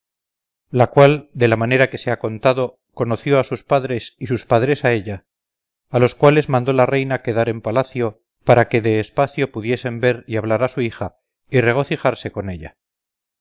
la cual de la manera que se ha contado conoció a sus padres y sus padres a ella a los cuales mandó la reina quedar en palacio para que de espacio pudiesen ver y hablar a su hija y regocijarse con ella